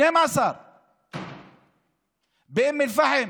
12. באום אל-פחם